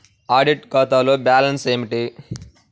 Audit ఖాతాలో balance ఏమిటీ?